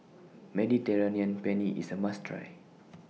Mediterranean Penne IS A must Try